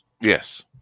yes